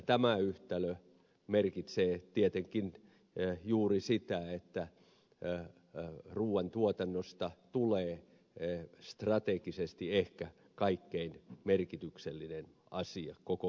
tämä yhtälö merkitsee tietenkin juuri sitä että ruuantuotannosta tulee strategisesti ehkä kaikkein merkityksellisin asia koko maapallolla